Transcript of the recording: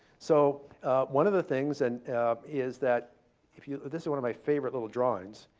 so one of the things and is that if you know this is one of my favorite little drawings.